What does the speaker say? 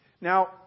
Now